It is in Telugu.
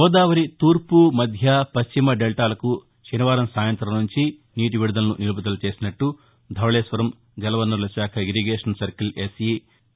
గోదావరి తూర్పు మధ్య పశ్చిమ డెల్టాలకు శనివారం సాయంత్రం నుంచి నీటి విడుదలను నిలుపుదల చేసినట్టు ధవళేశ్వరం జలవనరుల శాఖ ఇరిగేషన్ సర్కిల్ ఎస్ఈ ఎన్